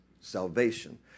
Salvation